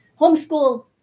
homeschool